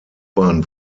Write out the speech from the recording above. bahn